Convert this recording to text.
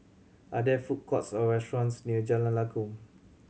are there food courts or restaurants near Jalan Lakum